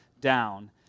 down